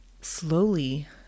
slowly